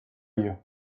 you